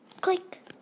Click